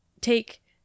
take